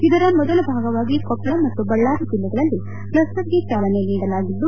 ಇದರ ಮೊದಲ ಭಾಗವಾಗಿ ಕೊಪ್ಪಳ ಮತ್ತು ಬಳ್ಳಾರಿ ಜಿಲ್ಲೆಗಳಲ್ಲಿ ಕ್ಷಸ್ತರ್ ಗೆ ಚಾಲನೆ ನೀಡಲಾಗಿದ್ದು